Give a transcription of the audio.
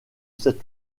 cet